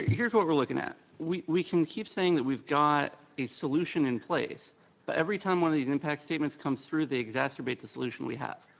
here's what we're looking at. we we can keep saying that we've got a solution in place but every time one of these impact statements comes through they exacerbate the solution we have.